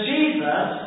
Jesus